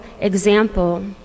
example